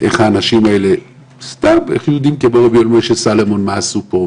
מה יהודים כמו רב יואל משה סלומון עשו פה?